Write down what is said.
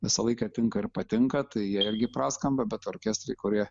visą laiką tinka ir patinka tai jie irgi praskamba bet orkestrai kurie